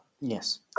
Yes